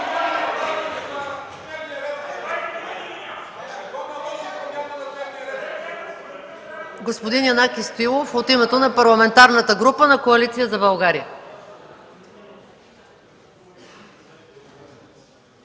което бе направено от името на Парламентарната група на Коалиция за България.